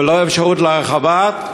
ללא אפשרות להרחבה,